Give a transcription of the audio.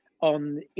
on